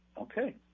okay